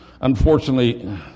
Unfortunately